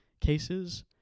cases